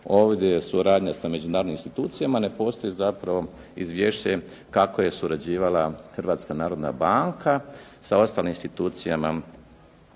ovdje suradnja sa međunarodnim institucijama, ne postoji zapravo izvješće kako je surađivala Hrvatska narodna banka sa ostalim institucijama